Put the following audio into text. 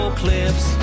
clips